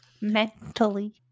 Mentally